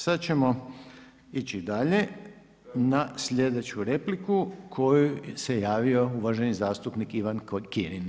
Sada ćemo ići dalje na sljedeću repliku na koju se javio uvaženi zastupnik Ivan Kirin.